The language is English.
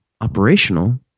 operational